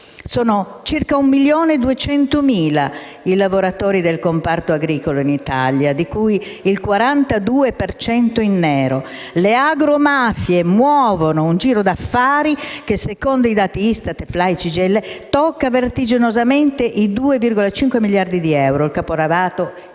Sono circa 1.200.000 i lavoratori del comparto agricolo in Italia, di cui il 42 per cento in nero. Le agromafie muovono un giro di affari che, secondo i dati ISTAT e FLAI CGIL, tocca vertiginosamente i 2,5 miliardi di euro. Il caporalato è parte